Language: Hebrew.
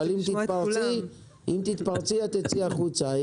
אבל אם תתפרצי תצאי החוצה.